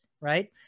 right